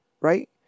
right